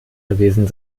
gewesen